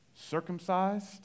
circumcised